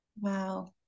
Wow